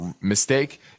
mistake